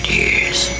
years